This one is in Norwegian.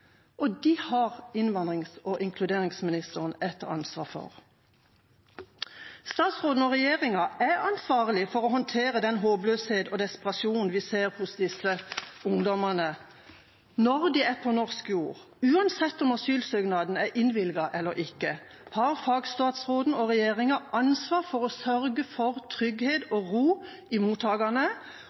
her, de er her, og innvandrings- og integreringsministeren har et ansvar for dem. Statsråden og regjeringa er ansvarlige for å håndtere den håpløshet og desperasjon vi ser hos disse ungdommene. Når de er på norsk jord, uansett om asylsøknaden er innvilget eller ikke, har fagstatsråden og regjeringa ansvaret for å sørge for trygghet og ro i